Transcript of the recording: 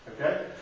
Okay